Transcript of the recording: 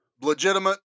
legitimate